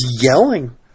yelling